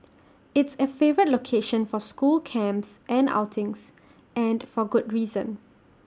it's A favourite location for school camps and outings and for good reason